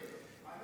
יש לך ספק בבחירתך?